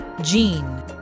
Gene